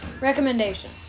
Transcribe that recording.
Recommendation